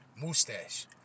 Mustache